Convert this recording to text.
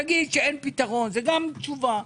תגיד שאין פתרון זה גם תשובה.